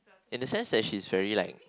in the sense that she's very alike